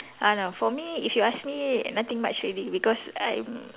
uh no for me if you ask me nothing much already because I'm